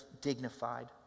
dignified